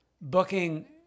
booking